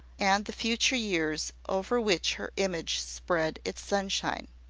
and the future years over which her image spread its sunshine.